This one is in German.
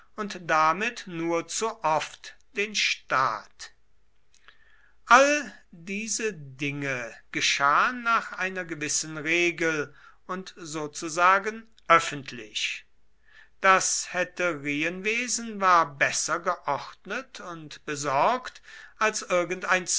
und damit nur zu oft den staat all diese dinge geschahen nach einer gewissen regel und sozusagen öffentlich das hetärienwesen war besser geordnet und besorgt als irgendein